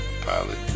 pilot